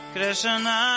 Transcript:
Krishna